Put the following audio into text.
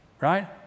right